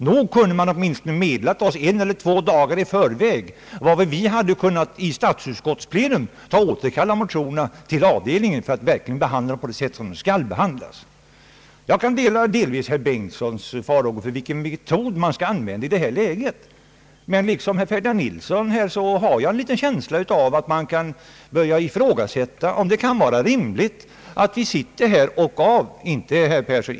Nog kunde man åtminstone ha meddelat oss en eller två dagar i förväg, varefter vi i statsutskottets plenum hade kunnat återkalla motionerna till avdelningen för att verkligen behandla dem på det sätt som de skall behandlas på. Jag kan dela herr Bengtsons farhågor beträffande vilken metod som skall användas i detta läge. Men liksom herr Ferdinand Nilsson har jag en känsla av att man kan börja ifrågasätta om det är rimligt att vi sitter här och avslår motionerna.